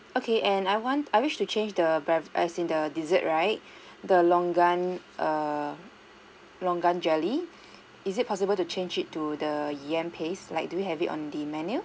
okay and I want I wish the bev~ as in the the dessert right the longan err longan jelly is it possible to change it to the yam paste like do you have it on the menu